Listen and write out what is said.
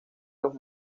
los